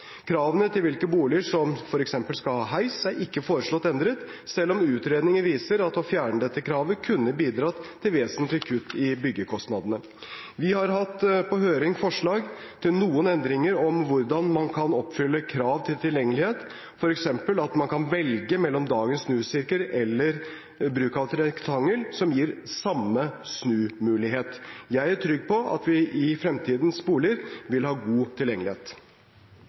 Kravene til hvilke boliger som f.eks. skal ha heis, er ikke foreslått endret, selv om utredninger viser at å fjerne dette kravet kunne bidratt til vesentlige kutt i byggekostnadene. Vi har hatt på høring forslag til noen endringer om hvordan man kan oppfylle krav til tilgjengelighet, f.eks. at man kan velge mellom dagens snusirkel eller bruk av et rektangel, som gir samme snumulighet. Jeg er trygg på at vi i fremtidens boliger vil ha god tilgjengelighet.